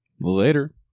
Later